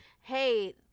hey